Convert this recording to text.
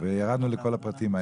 וירדנו לכל הפרטים.